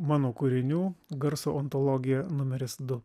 mano kūrinių garso ontologija numeris du